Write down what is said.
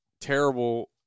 terrible